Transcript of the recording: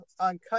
uncut